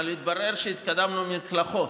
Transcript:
אבל מתברר שהתקדמנו למקלחות.